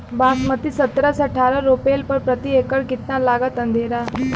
बासमती सत्रह से अठारह रोपले पर प्रति एकड़ कितना लागत अंधेरा?